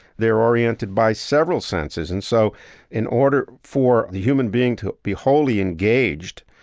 they're oriented by several senses. and so in order for the human being to be wholly engaged,